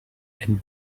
and